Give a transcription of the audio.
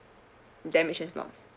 damage and loss